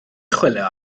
chwilio